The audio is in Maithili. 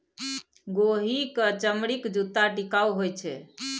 गोहि क चमड़ीक जूत्ता टिकाउ होए छै